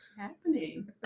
happening